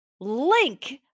Link